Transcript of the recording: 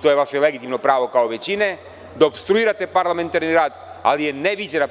To je vaše legitimno pravo kao većine, da opstruirate parlamentarni rad, ali je neviđena